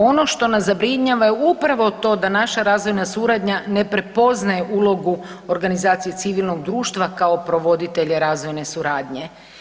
Ono što nas zabrinjava je upravo to da naša razvojna suradnja ne prepoznaje ulogu organizacije civilnog društva kao provoditelje razvojne suradnje.